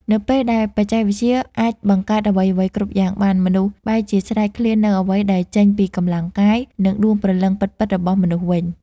នៅពេលដែលបច្ចេកវិទ្យាអាចបង្កើតអ្វីៗគ្រប់យ៉ាងបាន មនុស្សបែរជាស្រេកឃ្លាននូវអ្វីដែលចេញពីកម្លាំងកាយ និងដួងព្រលឹងពិតៗរបស់មនុស្សវិញ។